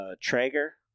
Traeger